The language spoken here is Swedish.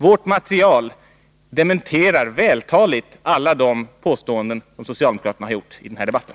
Vårt material dementerar vältaligt alla de påståenden som socialdemokraterna har gjort i den här debatten.